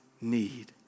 need